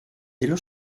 dello